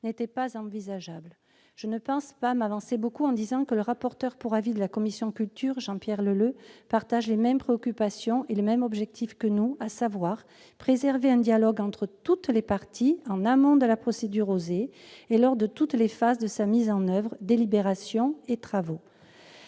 n'étaient pas envisageables. Je ne pense pas m'avancer beaucoup en disant que le rapporteur pour avis de la commission de la culture, Jean-Pierre Leleux, partage les mêmes préoccupations et les mêmes objectifs que nous, à savoir préserver un dialogue entre toutes les parties en amont de la procédure « OSER » et lors de toutes les phases de sa mise en oeuvre : délibération et travaux.